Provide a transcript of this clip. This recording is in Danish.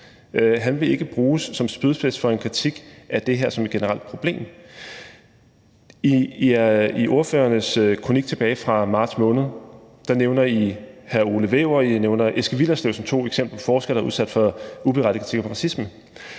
Han vil ikke bruges som spydspids for en kritik af det her som et generelt problem. I ordførernes kronik tilbage fra marts måned nævnes Ole Wæver og Eske Willerslev som to eksempler på forskere, der er udsat for uberettiget kritik for racisme.